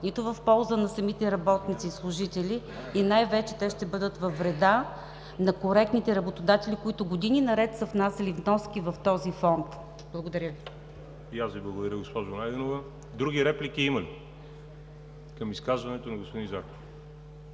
нито в полза на самите работници и служители и най-вече те ще бъдат във вреда на коректните работодатели, които години наред са внасяли вноски в този Фонд. Благодаря Ви. ПРЕДСЕДАТЕЛ ВАЛЕРИ ЖАБЛЯНОВ: Благодаря Ви, госпожо Найденова. Други реплики има ли към изказването на господин Зарков?